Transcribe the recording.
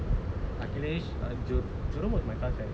achilles err jerome jerome was my class right